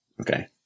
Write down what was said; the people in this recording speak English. Okay